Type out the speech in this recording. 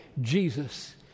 Jesus